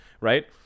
right